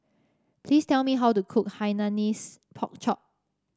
please tell me how to cook Hainanese Pork Chop